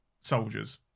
soldiers